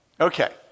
Okay